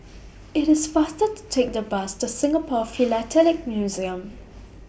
IT IS faster to Take The Bus to Singapore Philatelic Museum